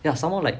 ya some more like